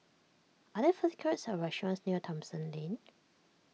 are there food courts or restaurants near Thomson Lane